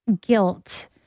guilt